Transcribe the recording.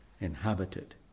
inhabited